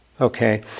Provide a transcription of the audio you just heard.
Okay